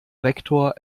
rektor